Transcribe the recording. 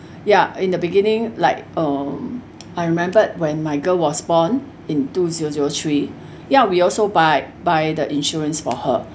ya in the beginning like um I remembered when my girl was born in two zero zero three ya we also buy buy the insurance for her but